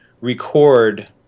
record